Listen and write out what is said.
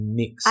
mix